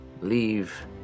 leave